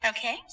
Okay